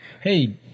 Hey